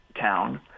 town